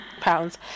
pounds